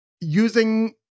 using